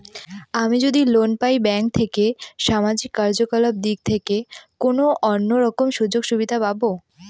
আমি যদি লোন পাই ব্যাংক থেকে সামাজিক কার্যকলাপ দিক থেকে কোনো অন্য রকম সুযোগ সুবিধা পাবো?